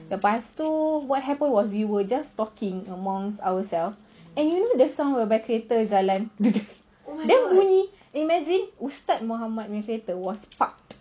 lepas tu what happen was we were just talking amongst ourselves and you know the sound whereby kereta jalan then bunyi imagine ustaz muhammad kereta was parked